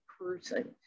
person